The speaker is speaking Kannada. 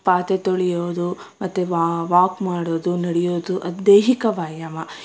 ಪಾತ್ರೆ ತೊಳೆಯೋದು ಮತ್ತು ವಾಕ್ ಮಾಡೋದು ನಡೆಯೋದು ಅದು ದೈಹಿಕ ವ್ಯಾಯಾಮ